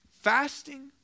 fasting